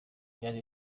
byari